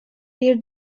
bir